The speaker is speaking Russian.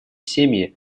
семьи